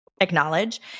acknowledge